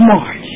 March